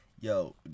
yo